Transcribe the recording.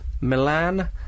Milan